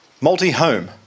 Multi-home